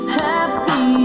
happy